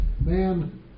man